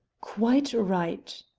quite right!